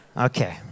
Okay